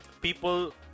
people